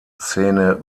szene